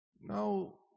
Now